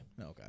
Okay